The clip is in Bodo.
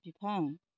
बिफं